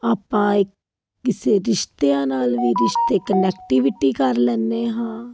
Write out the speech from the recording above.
ਆਪਾਂ ਇੱਕ ਕਿਸੇ ਰਿਸ਼ਤਿਆਂ ਨਾਲ ਵੀ ਰਿਸ਼ਤੇ ਕਨੈਕਟੀਵਿਟੀ ਕਰ ਲੈਂਦੇ ਹਾਂ